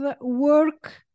work